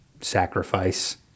Sacrifice